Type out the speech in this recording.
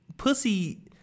Pussy